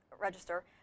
register